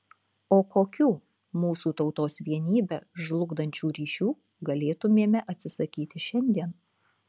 o kokių mūsų tautos vienybę žlugdančių ryšių galėtumėme atsisakyti šiandien